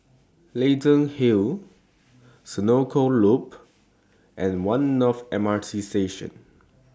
Leyden Hill Senoko Loop and one North M R T Station